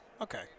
Okay